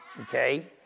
okay